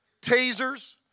tasers